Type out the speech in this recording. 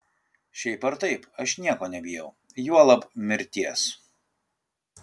šiaip ar taip aš nieko nebijau juolab mirties